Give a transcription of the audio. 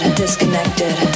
disconnected